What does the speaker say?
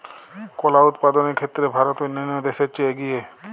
কলা উৎপাদনের ক্ষেত্রে ভারত অন্যান্য দেশের চেয়ে এগিয়ে